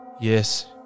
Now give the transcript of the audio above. Yes